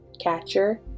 catcher